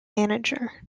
manager